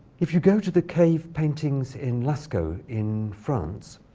if you go to the cave paintings in lascaux in france,